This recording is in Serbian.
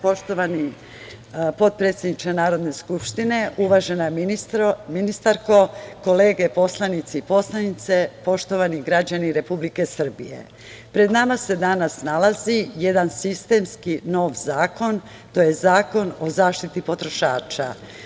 Poštovani potpredsedniče Narodne skupštine, uvažena ministarko, kolege poslanici i poslanice, poštovani građani Republike Srbije, pred nama se danas nalazi jedan sistemski nov zakon, to je Zakon o zaštiti potrošača.